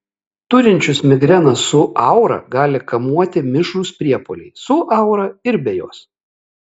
turinčius migreną su aura gali kamuoti mišrūs priepuoliai su aura ir be jos